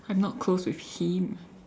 I am not close with him